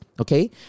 okay